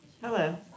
Hello